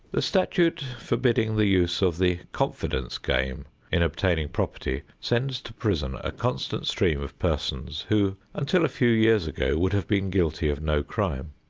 the statute forbidding the use of the confidence game in obtaining property sends to prison a constant stream of persons who, until a few years ago, would have been guilty of no crime.